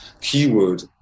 keyword